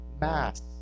mass